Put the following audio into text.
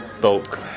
bulk